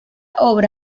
obra